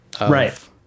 right